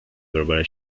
barbara